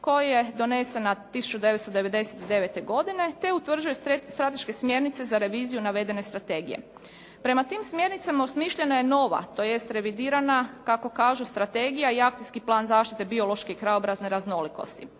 koja je donesena 1999. godine te utvrđuje strateške smjernice za reviziju navedene strategije. Prema tim smjernicama osmišljena je nova tj. revidirana kako kažu strategija i akcijski plan zaštite biološke i krajobrazne raznolikosti.